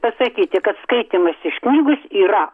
pasakyti kad skaitymas iš knygos yra